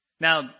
Now